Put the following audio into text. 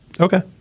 Okay